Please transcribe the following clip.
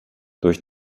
durch